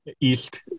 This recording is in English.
East